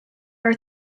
are